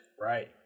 right